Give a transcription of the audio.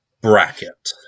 bracket